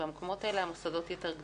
שבמקומות האלה המוסדות יותר גדולים.